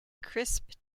crisp